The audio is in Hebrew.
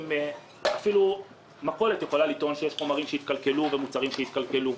אפילו מכולת יכולה לטעון שיש חומרים שהתקלקלו ומוצרים שהתקלקלו,